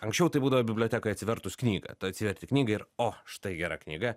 anksčiau tai būdavo bibliotekoj atsivertus knygą tu atsiverti knygą ir o štai gera knyga